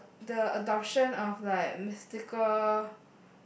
oh the adoption of like mystical